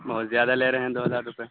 بہت زیادہ لے رہے ہیں دو ہزار روپئے